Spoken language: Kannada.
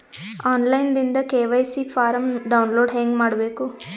ಆನ್ ಲೈನ್ ದಿಂದ ಕೆ.ವೈ.ಸಿ ಫಾರಂ ಡೌನ್ಲೋಡ್ ಹೇಂಗ ಮಾಡಬೇಕು?